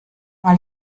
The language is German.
mal